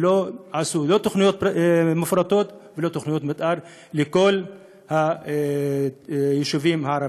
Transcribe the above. ולא עשו תוכניות מפורטות ותוכניות מתאר לכל היישובים הערביים.